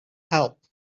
help